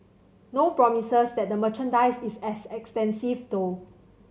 no promises that the merchandise is as extensive though